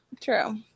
true